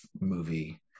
movie